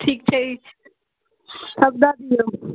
ठीक छै सभ दऽ दियौ